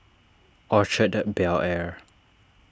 Orchard Bel Air